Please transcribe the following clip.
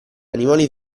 animali